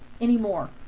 anymore